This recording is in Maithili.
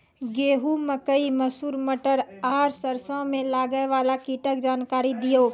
गेहूँ, मकई, मसूर, मटर आर सरसों मे लागै वाला कीटक जानकरी दियो?